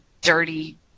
dirty